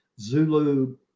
Zulu